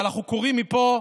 ואנחנו קוראים מפה: